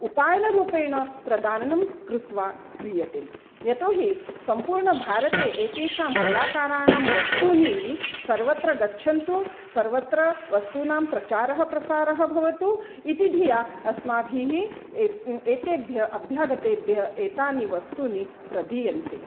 उपायनरूपेण प्रदानं कृत्वा क्रियते यतो हि सम्पूर्णभारते एतेषां कलाकाराणां वस्तूनि सर्वत्र गच्छन्तु सर्वत्र वस्तूनां प्रचारः प्रसारः भवतु इति धिया अस्माभिः ए ए एतेभ्यः अभ्यागतेभ्यः एतानि वस्तूनि प्रदीयन्ते